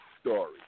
story